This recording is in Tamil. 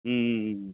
ம் ம் ம்